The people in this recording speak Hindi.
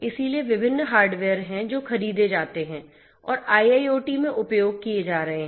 इसलिए विभिन्न हार्डवेयर हैं जो खरीदे जाते हैं और IIoT में उपयोग किए जा रहे हैं